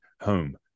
home